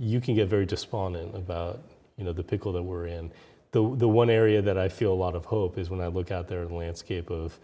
you can get very despondent about you know the pickle that we're in the one area that i feel a lot of hope is when i look out there in the landscape of